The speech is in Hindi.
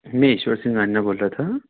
मैं ईश्वर सिंह अन्ना बोल रहा था